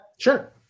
sure